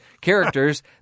characters